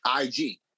IG